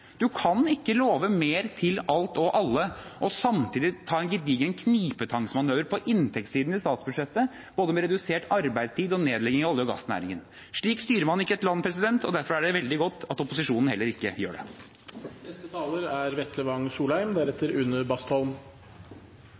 kan ikke love mer til alt og alle og samtidig ta en gedigen knipetangmanøver på inntektssiden i statsbudsjettet, med både redusert arbeidstid og nedlegging av olje- og gassnæringen. Slik styrer man ikke et land, og derfor er det veldig godt at opposisjonen heller ikke gjør det. Min utfordring som ble sendt til Senterpartiet tidligere i debatten, er